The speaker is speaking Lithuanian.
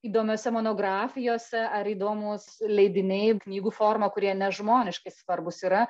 įdomiose monografijose ar įdomūs leidiniai knygų forma kurie nežmoniškai svarbūs yra